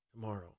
tomorrow